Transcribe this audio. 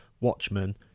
Watchmen